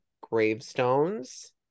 gravestones